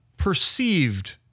perceived